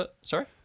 Sorry